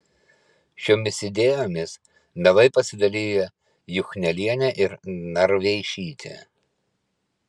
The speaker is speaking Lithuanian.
šiomis idėjomis mielai pasidalija juchnelienė ir narveišytė